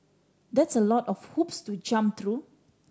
that's a lot of hoops to jump through